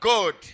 God